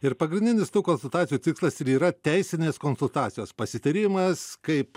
ir pagrindinis tų konsultacijų tikslas ir yra teisinės konsultacijos pasitarimas kaip